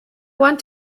want